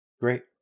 Great